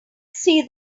see